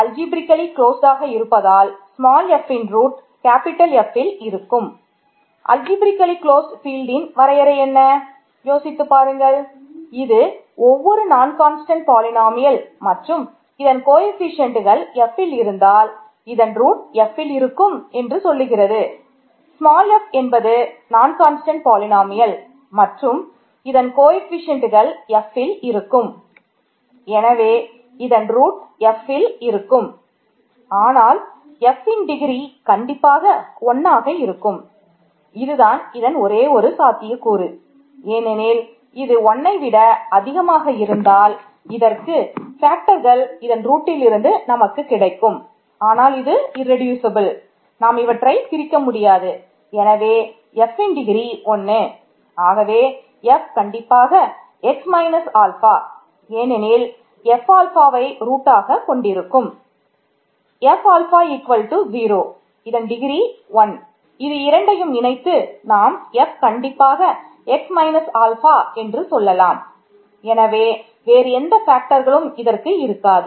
algebraically இருக்காது